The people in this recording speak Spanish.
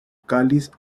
cáliz